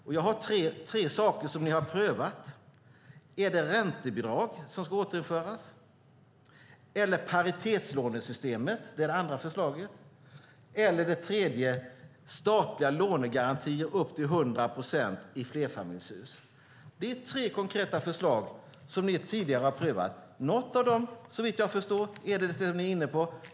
Jag kan nämna tre saker som ni tidigare har prövat. Är det räntebidrag som ska återinföras? Är det paritetslånesystemet? Eller är det statliga lånegarantier på upp till 100 procent i flerfamiljshus? Det är tre konkreta förslag som ni tidigare har prövat. Något av dem är det som ni är inne på, såvitt jag förstår.